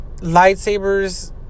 lightsabers